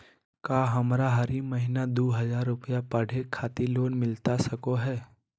का हमरा हरी महीना दू हज़ार रुपया पढ़े खातिर लोन मिलता सको है?